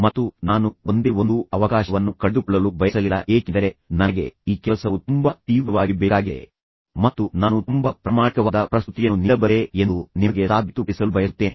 ಮತ್ತು ನಾನು ಒಂದೇ ಒಂದು ಅವಕಾಶವನ್ನೂ ಕಳೆದುಕೊಳ್ಳಲು ಬಯಸಲಿಲ್ಲ ಏಕೆಂದರೆ ನನಗೆ ಈ ಕೆಲಸವು ತುಂಬಾ ತೀವ್ರವಾಗಿ ಬೇಕಾಗಿದೆ ಮತ್ತು ನಾನು ತುಂಬಾ ಪ್ರಾಮಾಣಿಕವಾದ ಪ್ರಸ್ತುತಿಯನ್ನು ನೀಡಬಲ್ಲೆ ಎಂದು ನಿಮಗೆ ಸಾಬೀತುಪಡಿಸಲು ಬಯಸುತ್ತೇನೆ